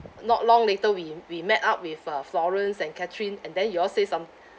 not long later we we met up with uh florence and katherine and then you all say some